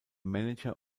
manager